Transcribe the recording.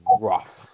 rough